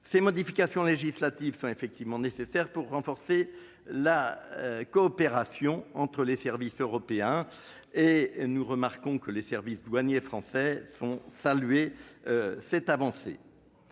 Ces modifications législatives sont effectivement nécessaires pour renforcer la coopération entre les services européens ; les services douaniers français saluent d'ailleurs cette avancée.